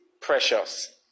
precious